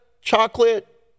chocolate